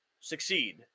succeed